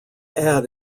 add